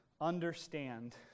Understand